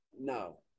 No